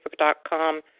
facebook.com